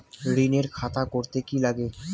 ঋণের খাতা করতে কি লাগে?